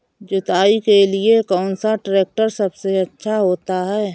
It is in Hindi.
जुताई के लिए कौन सा ट्रैक्टर सबसे अच्छा होता है?